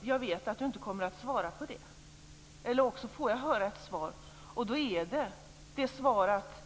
Jag vet att Kent Olsson inte kommer att svara på den frågan. Om jag får höra ett svar är det att